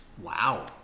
Wow